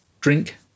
Drink